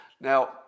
Now